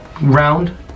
round